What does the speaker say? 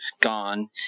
gone